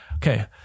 Okay